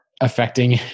affecting